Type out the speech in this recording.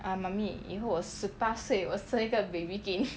ah mummy 以后我十八岁我生一个 baby 给你